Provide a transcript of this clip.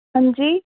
हां जी